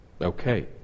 Okay